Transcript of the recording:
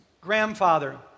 grandfather